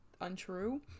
untrue